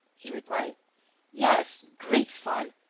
he replied yes, great fun!